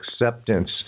acceptance